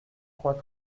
trois